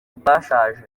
ubwashaje